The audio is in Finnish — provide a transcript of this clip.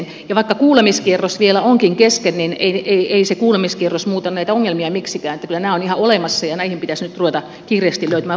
ja vaikka kuulemiskierros vielä onkin kesken niin ei se kuulemiskierros muuta näitä ongelmia miksikään kyllä nämä ovat ihan olemassa ja näihin pitäisi nyt ruveta kiireesti löytymään vastauksia